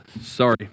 sorry